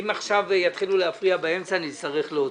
אם עכשיו יתחילו להפריע באמצע, אני אצטרך להוציא.